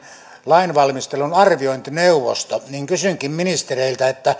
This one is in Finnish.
lainvalmistelun arviointineuvosto niin kysynkin ministereiltä